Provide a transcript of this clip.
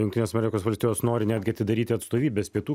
jungtines amerikos valstijos nori netgi atidaryti atstovybes pietų